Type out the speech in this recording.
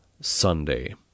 Sunday